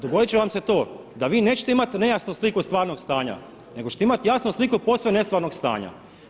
Dogodit će vam se to, da vi nećete imati nejasnu sliku stvarnog stanja, nego ćete imati jasnu sliku posve nestvarnog stanja.